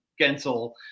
Gensel